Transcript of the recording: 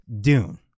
Dune